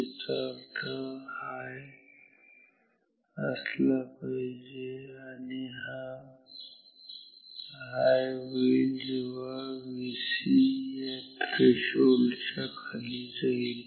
याचा अर्थ हा हाय असला पाहिजे आणि आणि हा हाय होईल जेव्हा Vc या थ्रेशोल्डच्या खाली जाईल